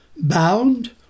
bound